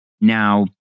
Now